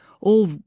All